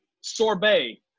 Sorbet